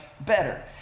better